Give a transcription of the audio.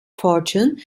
fortune